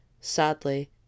sadly